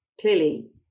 clearly